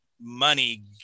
money